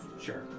Sure